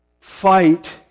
fight